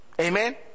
Amen